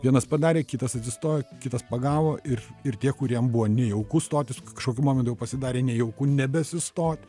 vienas padarė kitas atsistojo kitas pagavo ir ir tie kuriems buvo nejauku stotis kažkokiu momentu jau pasidarė nejauku nebesistot